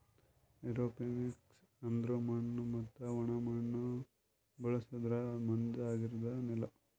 aeroponics ಅಂದುರ್ ಮಣ್ಣು ಮತ್ತ ಒಣ ಮಣ್ಣ ಬಳುಸಲರ್ದೆ ಮಂಜ ಆಗಿರದ್ ನೆಲ